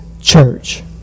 church